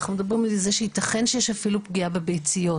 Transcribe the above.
אנחנו מדברים על זה שייתכן שיש אפילו פגיעה בביציות.